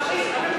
הפאשיסט.